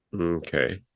okay